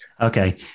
Okay